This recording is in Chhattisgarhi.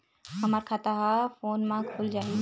हमर खाता ह फोन मा खुल जाही?